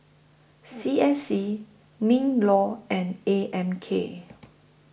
C S C MINLAW and A M K